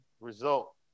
result